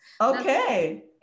okay